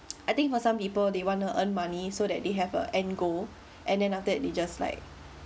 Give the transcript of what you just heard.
I think for some people they want to earn money so that they have a end goal and then after that they just like